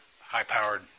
high-powered